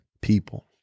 people